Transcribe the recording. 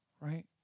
right